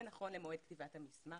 זה נכון למועד כתיבת המסמך,